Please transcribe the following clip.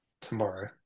tomorrow